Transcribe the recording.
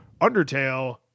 Undertale